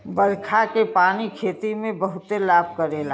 बरखा के पानी खेती में बहुते लाभ करेला